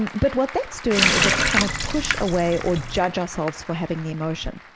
but what that's doing is, it's trying to push away or judge ourselves for having the emotion.